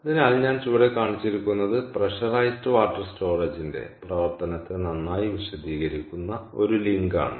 അതിനാൽ ഞാൻ ചുവടെ കാണിച്ചിരിക്കുന്നത് പ്രെഷറൈസ്ഡ് വാട്ടർ സ്റ്റോറേജ്ന്റെ പ്രവർത്തനത്തെ നന്നായി വിശദീകരിക്കുന്ന ഒരു ലിങ്കാണ്